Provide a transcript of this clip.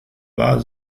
war